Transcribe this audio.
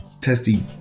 testy